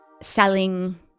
selling